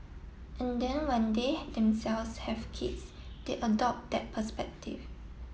and then when they themselves have kids they adopt that perspective